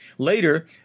Later